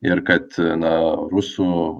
ir kad na rusų